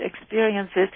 experiences